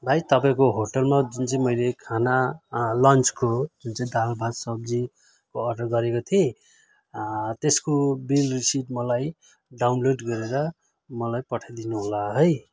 भाइ तपाईँको होटलमा जुन चाहिँ मैले खाना लन्चको जुन चाहिँ दाल भात सब्जीको अर्डर गरेको थिएँ त्यसको बिल रिसिव मलाई डाउनलोड गरेर मलाई पठाइदिनुहोला है